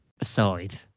aside